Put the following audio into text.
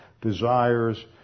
desires